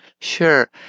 Sure